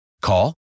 Call